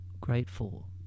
grateful